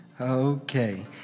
Okay